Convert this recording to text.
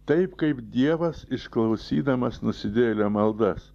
taip kaip dievas išklausydamas nusidėjėlio maldas